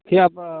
भईया आप